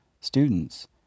students